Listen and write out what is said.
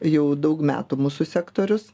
jau daug metų mūsų sektorius